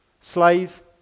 Slave